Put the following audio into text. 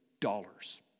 dollars